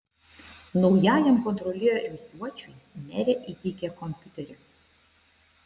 naujajam kontrolieriui juočiui merė įteikė kompiuterį